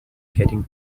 getting